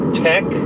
tech